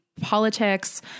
politics